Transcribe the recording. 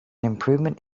improvement